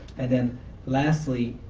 and then lastly,